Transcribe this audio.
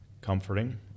comforting